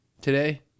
today